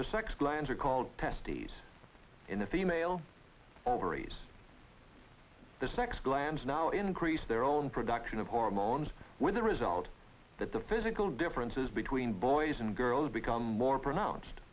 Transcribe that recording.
in the female ovaries the sex glands now increase their own production of hormones with the result that the physical differences between boys and girls become more pronounced